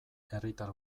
herritar